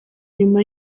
nyuma